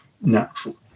natural